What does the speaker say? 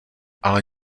ale